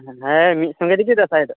ᱮ ᱦᱮᱸ ᱢᱤᱫ ᱥᱚᱝᱜᱮ ᱛᱮᱜᱮ ᱫᱟᱥᱟᱸᱭ ᱫᱚ